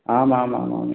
आमामामाम्